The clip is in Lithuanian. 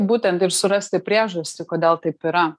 būtent ir surasti priežastį kodėl taip yra